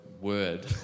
word